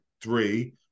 three